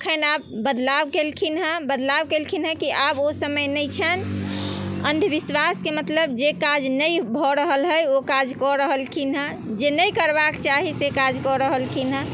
एखन आब बदलाव केलखिन हेँ बदलाव केलखिन हेँ कि आब ओ समय नहि छनि अन्धविश्वासके मतलब जे काज नहि भऽ रहल हइ ओ काज कऽ रहलखिन हेँ जे काज नहि करबाके चाही से काज कऽ रहलखिन हेँ